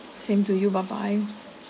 same to you bye bye